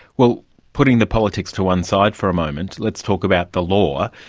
well, putting the politics to one side for a moment, let's talk about the law.